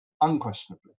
unquestionably